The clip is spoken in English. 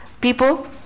people